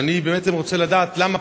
ואני בעצם רוצה לדעת למה